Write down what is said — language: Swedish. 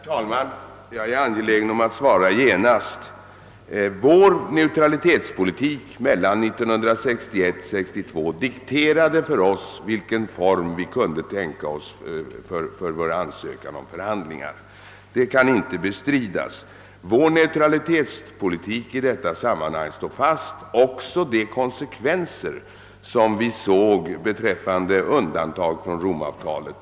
Herr talman! Jag är angelägen om att svara genast. Vår neutralitetspolitik mellan 1961 och 1962 dikterade för oss vilken form vi kunde tänka oss för vår ansökan om förhandlingar. Det kan inte bestridas. Vår neutralitetspolitik i detta sammanhang står fast och även de konsekvenser som vi förutsåg beträffande undantag från Romavtalet.